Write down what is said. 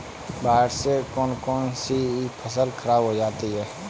बाढ़ से कौन कौन सी फसल खराब हो जाती है?